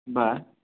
बरं